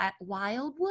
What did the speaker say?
Wildwood